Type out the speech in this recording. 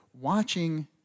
watching